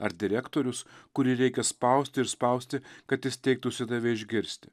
ar direktorius kurį reikia spausti ir spausti kad jis teiktųsi tave išgirsti